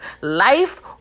life